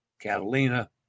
Catalina